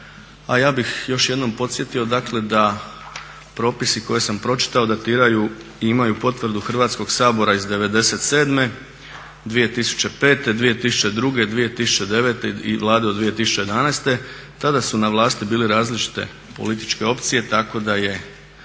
a ja bih još jednom podsjetio, dakle da propisi koje sam pročitao datiraju i imaju potvrdu Hrvatskog sabora iz '97., 2005., 2002., 2009. i Vlade od 2011. Tada su na vlasti bile različite političke opcije, tako da sam